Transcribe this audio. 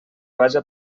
vaja